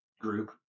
group